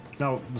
Now